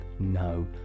No